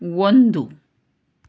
ಒಂದು